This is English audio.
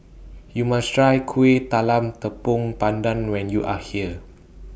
YOU must Try Kueh Talam Tepong Pandan when YOU Are here